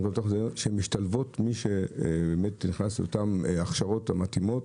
רואים שמשתלבות אלה שעושות את ההכשרות המתאימות,